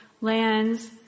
lands